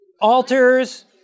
altars